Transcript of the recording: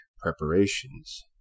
preparations